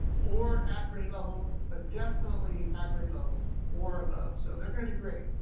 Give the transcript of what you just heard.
or at grade level. but definitely at grade level or above, so they're gonna do great.